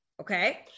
okay